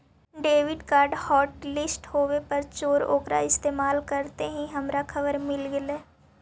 debit card hotlist होवे पर चोर ओकरा इस्तेमाल करते ही हमारा खबर मिल गेलई